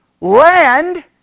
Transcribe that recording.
Land